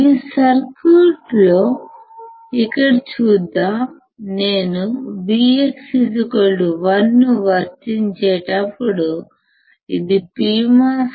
ఈ సర్క్యూట్లో ఇక్కడ చూద్దాం నేను Vx1 ను వర్తించినప్పుడు ఇది PMOS